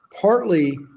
Partly